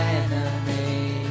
enemy